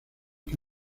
que